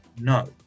No